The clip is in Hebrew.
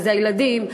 שזה הילדים,